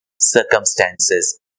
circumstances